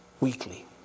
weekly